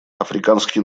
африканский